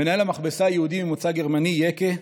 מנהל המכבסה, יהודי ממוצא גרמני, יקה,